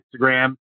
Instagram